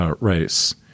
race